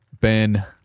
Ben